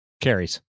Carries